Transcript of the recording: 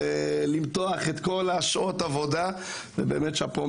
ובאמת מגיע לך שאפו,